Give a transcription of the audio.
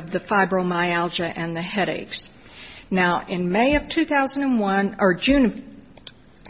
fibromyalgia and the headaches now in may of two thousand and one or june of